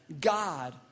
god